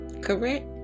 Correct